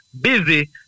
busy